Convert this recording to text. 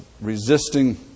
resisting